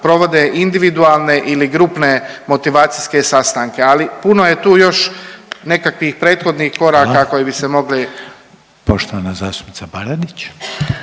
provode individualne ili grupne motivacijske sastanke. Ali puno je tu još nekakvih prethodnih koraka …/Upadica Reiner: Hvala./…